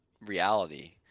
reality